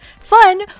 Fun